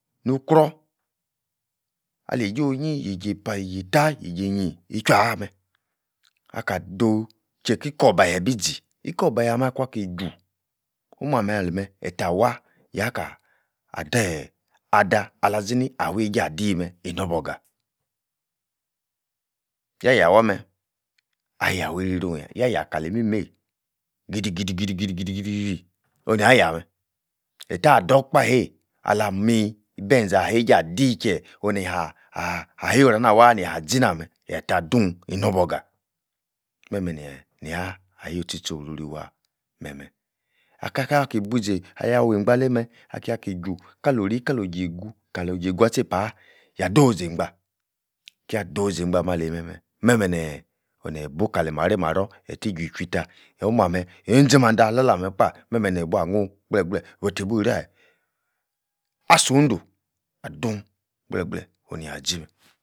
nu-kruor alieijo-onyi, yejei-pa yejei-tah, yejei-pa, yejei-teh, yejei-nyi ichua-ah-meh, aka-do'h che-ki korbahe bi-ze ikorbahe ah-meh akuan-ki-juh, omua-meh ali-meh, etah waaah yaka-ahdeh ada alazini aweije adiyi-meh inor-borga yayah-wah-meh ah-yah wei reiruah-yah, tah-yah kali-imimeyi gidi-gidi gidi-gidi-gidi-gidi-gidi, onu-nia-yah-meh etah dor-okpahei alami-ibenze, alei-ja di-chie oneh-ha-ah-ah yo'h-ra-nah waah neha-zi nah-meh eta dun inorborga, meh-meh nee-nia ah-wui-tchu-tchi orori wah imeh-meh-meh akaka-ki buzi alia weigba aleimeh, akia ki-chwu kalo-ori-kalo'h ojei-gu kalo'h zei-gba ameh-ali meh-meh meh-meh neeeh, onie-bu kali-mari-m-arror eti chwui-chwui tah omua-meh enzi mandei ala-la-meh kpah meh-meh nebua-nuhn gbleh-gbleh otibui-reeh ah-sunh dun adun gbleeh gbleeh onu niazi-meh